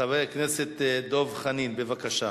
חבר הכנסת דב חנין, בבקשה.